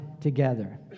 together